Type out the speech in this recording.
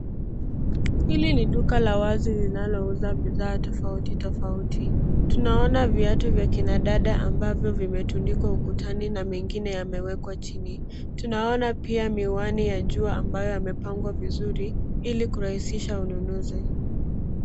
Hili ni duka la az linalouza bidhaa tofauti tofauti. tunaona viatu vya kina dada ambavyo vimetundikwa ukutani na mengine yamewekwa chini. Tunaona pia miwani ya jua ambayo yamepangwa vizuri ili kurahisisha ununuzi.